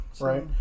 Right